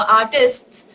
artists